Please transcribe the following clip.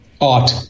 art